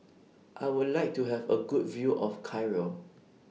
I Would like to Have A Good View of Cairo